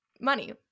money